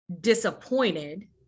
disappointed